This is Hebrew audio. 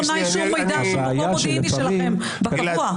עיתונאי שהוא מקור מודיעיני שלכם בקבוע.